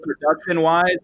production-wise